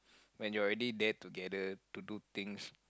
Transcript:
when you are already there together to do things